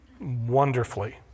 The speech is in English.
wonderfully